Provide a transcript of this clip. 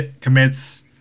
commits